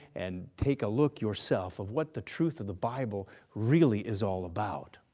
and take a look yourself of what the truth of the bible really is all about.